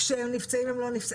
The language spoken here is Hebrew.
כשהם נפצעים הם לא נפצעים?